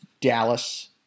Dallas